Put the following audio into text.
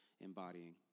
embodying